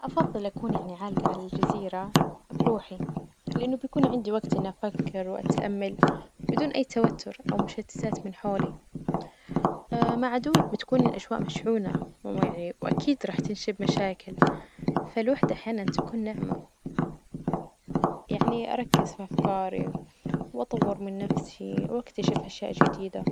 أفظل أكون يعني عالجة على الجزيرة بروحي، لإنه بيكون عندي وجت إني أفكر وأتأمل بدون أي توتر أو مشتتات من حولي مع دوك بتكون الأجواء مشحونة يعني وأكيد راح تنشب مشاكل، فالوحدة أحيانا تكون نعمة، يعني أركز في أفكاري وأطور من نفسي وأكتشف أشياء جديدة.